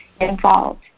involved